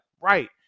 right